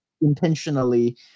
Intentionally